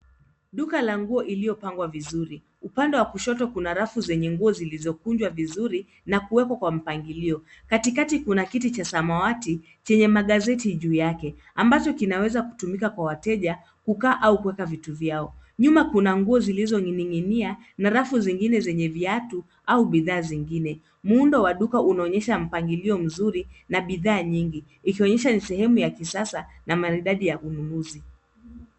Duka la nguo iliyopangwa vizuri upande wa kushoto. Kuna rafu zenye nguo zilizokunjwa vizuri na kuwekwa kwa mpangilio. Katikati kuna kiti cha samawati chenye magazeti juu yake ambacho kinaweza kutumika kwa wateja kukaa au kuweka vitu vyao. Nyuma kuna nguo zilizoninginia na rafu zingine zenye viatu au bidhaa zingine. Muundo wa duka unaonyesha mpangilio mzuri na bidhaa nyingi ikionyesha ni sehemu ya kisasa na maridadi ya ununuzi.